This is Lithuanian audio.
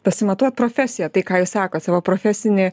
pasimatuot profesiją tai ką jūs sakot savo profesinį